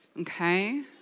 okay